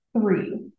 three